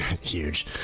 Huge